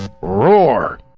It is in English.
Roar